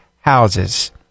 houses